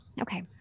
Okay